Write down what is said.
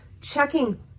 checking